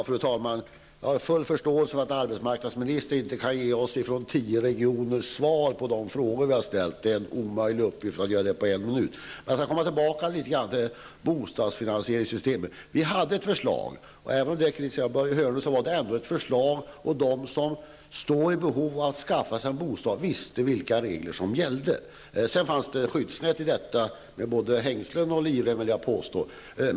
Fru talman! Jag har full förståelse för att arbetsmarknadsministern inte kan ge oss från tio regioner svar på de frågor vi har ställt. Det är en omöjlig uppgift att göra det på en minut. Jag vill återkomma till bostadsfinansieringssystemet. Vi hade ett förslag. Även om det kritiserades av Börje Hörnlund, så var det ett förslag. De som stod i begrepp att skaffa sig en bostad visste vilka regler som gällde. Det fanns också ett skyddsnät med både hängslen och livrem, skulle jag vilja påstå.